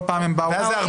כל פעם הם באו, מה זה?